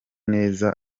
neza